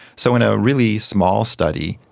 so in a really small study,